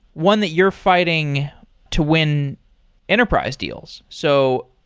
one that you're fighting to win enterprise deals. so,